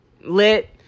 lit